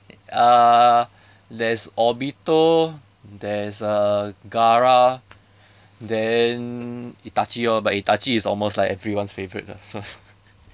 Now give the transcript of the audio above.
uh there is obito there is uh gaara then itachi orh but itachi is almost like everyone's favourite lah so